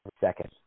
second